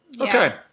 Okay